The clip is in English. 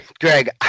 Greg